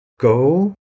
Go